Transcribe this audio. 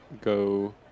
go